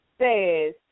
says